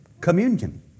communion